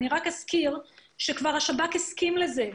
אני רק אזכיר שהשב"כ כבר הסכים לזה,